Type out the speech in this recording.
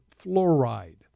fluoride